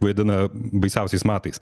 vaidina baisiausiais matais